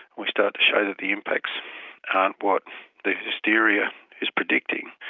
we start to show that the impacts aren't what the hysteria is predicting,